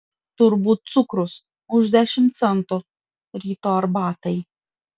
turbūt cukrus už dešimt centų ryto arbatai